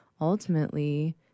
ultimately